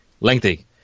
lengthy